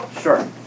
Sure